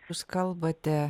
jūs kalbate